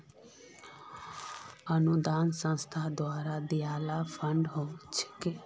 अनुदान संस्था द्वारे दियाल फण्ड ह छेक